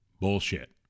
bullshit